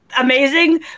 amazing